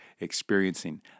experiencing